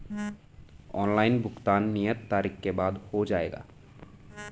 Online भुगतान नियत तारीख के बाद हो जाएगा?